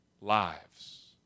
lives